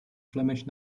flemish